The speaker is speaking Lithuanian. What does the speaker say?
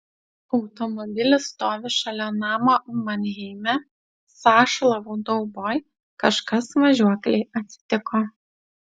automobilis stovi šalia namo manheime sąšlavų dauboj kažkas važiuoklei atsitiko